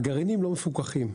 הגרעינים לא מפוקחים.